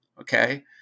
Okay